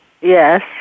yes